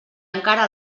encara